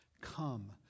come